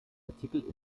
artikel